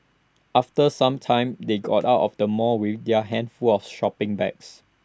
after some time they got out of the mall with their hands full of shopping bags